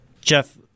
Jeff